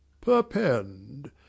Perpend